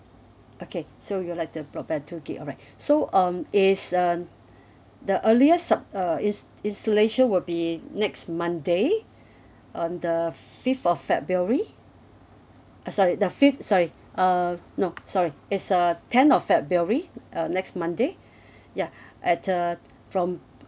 okay so you would like the broadband two gigabyte alright so um it's uh the earlier sub~ uh ins~ installation will be next monday on the fifth of february uh sorry the fifth sorry uh no sorry is uh ten of february uh next monday ya at the from